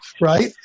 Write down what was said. right